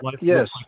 yes